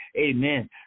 Amen